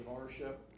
ownership